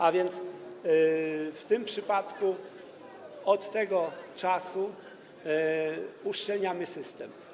A więc w tym przypadku od tego czasu uszczelniamy system.